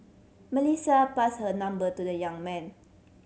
Melissa passed her number to the young man